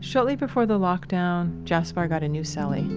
shortly before the lockdown, jaspar got a new so cellie